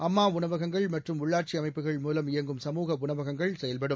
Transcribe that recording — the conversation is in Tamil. அம்மா உணவகங்கள் மற்றும் உள்ளாட்சி அமைப்புகள் மூலம் இயங்கும் சமூக உணவகங்கள் செயல்படும்